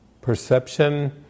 perception